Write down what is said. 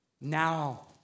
Now